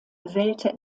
wählte